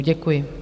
Děkuji.